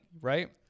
right